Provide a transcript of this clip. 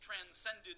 transcended